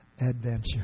adventure